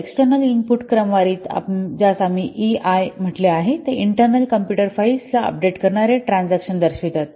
तर external input क्रमवारीत ज्यास आम्ही ईआय म्हटले आहे ते इंटर्नल कॉम्पुटर फाइल्स ला अपडेट करणारे ट्रान्झकॅशन्स दर्शवितात